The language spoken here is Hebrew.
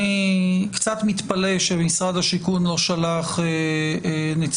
אני קצת מתפלא שמשרד השיכון לא שלח נציגים